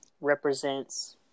represents